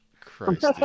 Christ